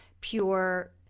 pure